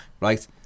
right